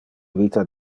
vita